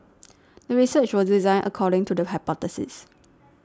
the research was designed according to the hypothesis